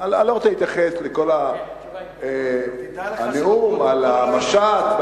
אני לא רוצה להתייחס לכל הנאום על המשט,